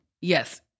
Yes